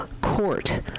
court